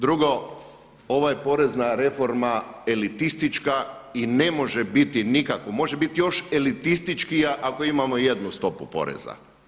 Drugo, ova je porezna reforma elitistička i ne može biti nikako, može biti još elitističkija ako imamo jednu stopu poreza.